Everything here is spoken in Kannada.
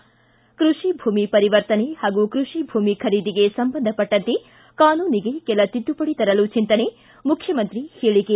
ಿ ಕೃಷಿ ಭೂಮಿ ಪರಿವರ್ತನೆ ಹಾಗೂ ಕೃಷಿ ಭೂಮಿ ಖರೀದಿಗೆ ಸಂಬಂಧಪಟ್ಟಂತೆ ಕಾನೂನಿಗೆ ಕೆಲ ತಿದ್ದುಪಡಿ ತರಲು ಚಿಂತನೆ ಮುಖ್ಯಮಂತ್ರಿ ಹೇಳಿಕೆ